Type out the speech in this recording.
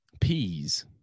Peas